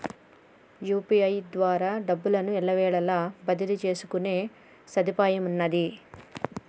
UPI ద్వారా డబ్బును ఎల్లవేళలా బదిలీ చేసుకునే సదుపాయమున్నాది